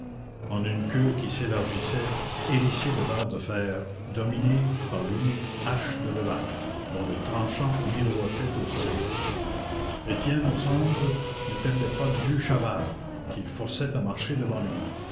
en une queue qui s'élargissait hérissée de barres de fer dominée par l'unique hache de levaque dont le tranchant miroitait au soleil étienne au centre ne perdait pas de vue chaval qu'il forçait à marcher devant lui